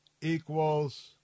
equals